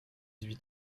huit